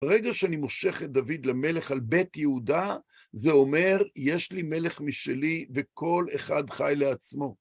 ברגע שאני מושך את דוד למלך על בית יהודה, זה אומר יש לי מלך משלי וכל אחד חי לעצמו.